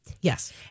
Yes